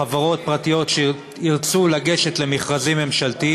חברות פרטיות שירצו לגשת למכרזים ממשלתיים,